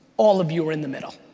all of you are in the middle.